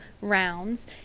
rounds